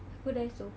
go Daiso